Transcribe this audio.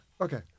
Okay